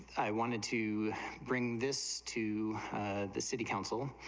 i wanted to bring this too had the city council,